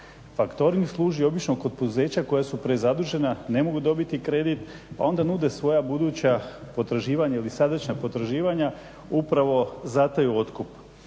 Factoring služi obično kod poduzeća koja su prezadužena, ne mogu dobiti kredit, pa onda nude svoja buduća potraživanja ili sadašnja podraživanja upravo za taj otkup.